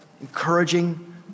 encouraging